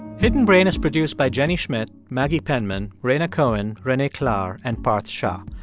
hidden brain is produced by jenny schmidt, maggie penman, rhaina cohen, renee klahr and parth shah.